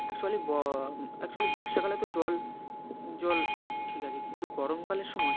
actually ব actually বর্ষাকালে তো জল জল ঠিক আছে কিন্তু গরমকালের সময়